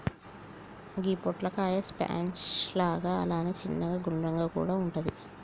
గి పొట్లకాయ స్క్వాష్ లాగా అలాగే చిన్నగ గుండ్రంగా కూడా వుంటది